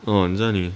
orh 你在哪里